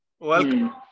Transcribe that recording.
Welcome